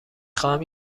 خواهم